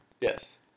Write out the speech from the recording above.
Yes